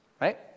Right